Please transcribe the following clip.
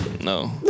No